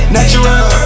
Natural